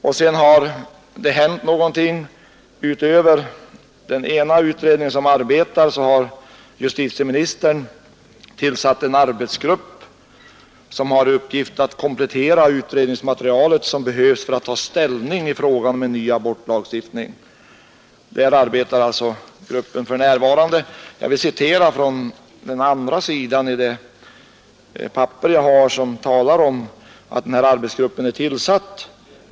Vidare har justitieministern, utöver den ena utredningen som arbetar, tillsatt en arbetsgrupp som har till uppgift att komplettera det utredningsmaterial som behövs för att ta ställning till frågan om en ny abortlagstiftning. Den gruppen arbetar alltså för närvarande. Jag skulle vilja citera litet från det papper jag har som talar om att den här arbetsgruppen är tillsatt.